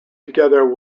together